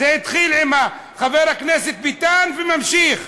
זה התחיל עם חבר הכנסת ביטן וממשיך.